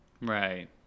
Right